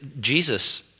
Jesus